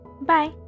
bye